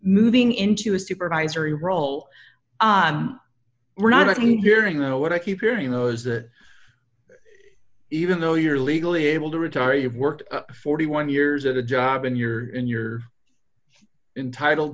moving into a supervisory role we're not hearing though what i keep hearing those that even though you're legally able to retire you've worked forty one years at a job and you're in you're entitled